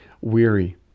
weary